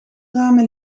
ramen